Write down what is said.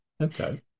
Okay